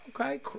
okay